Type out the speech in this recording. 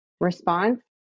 response